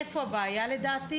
איפה הבעיה לדעתי?